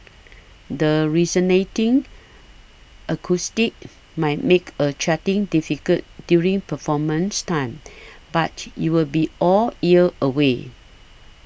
the resonating acoustics might make a chatting difficult during performance time but you will be all ears anyway